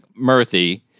Murthy